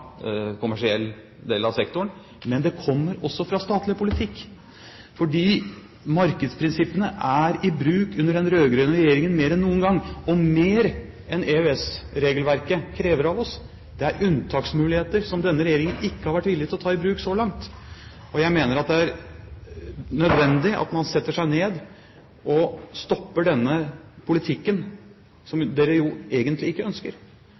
kommersiell del av sektoren, men det kommer også fra statlig politikk, fordi markedsprinsippene er i bruk under den rød-grønne regjeringen mer enn noen gang, og mer enn EØS-regelverket krever av oss. Det er unntaksmuligheter, som denne regjeringen ikke har vært villig til å ta i bruk så langt. Jeg mener det er nødvendig at man setter seg ned og stopper denne politikken, som de jo egentlig ikke ønsker,